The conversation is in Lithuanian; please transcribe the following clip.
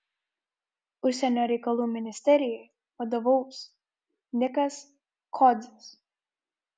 užsienio reikalų ministerijai vadovaus nikas kodzis